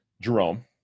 Jerome